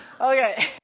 Okay